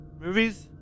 Movies